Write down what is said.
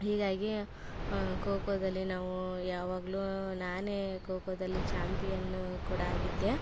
ಹೀಗಾಗಿ ಖೋ ಖೋದಲ್ಲಿ ನಾವು ಯಾವಾಗಲೂ ನಾನೇ ಖೋ ಖೋದಲ್ಲಿ ಚಾಂಪಿಯನ್ ಕೂಡ ಆಗಿದ್ದೆ